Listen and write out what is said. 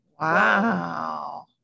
Wow